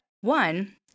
one